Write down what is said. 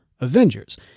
Avengers